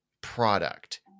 product